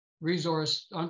resource